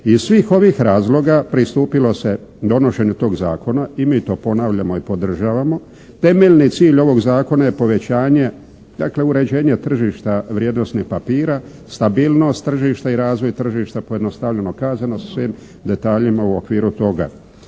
Iz svih ovih razloga pristupilo se je donošenju tog zakona i mi to ponavljamo i podržavamo. Temelj ovog zakona je povećanje, dakle uređenje tržišta vrijednosnih papira, stabilnost tržišta i razvoj tržišta pojednostavljeno kazano sa svim detaljima u okviru toga.